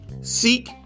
seek